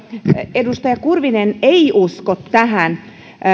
edustaja kurvinen ei usko tähän